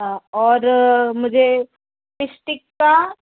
और मुझे फिश टिक्का